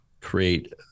create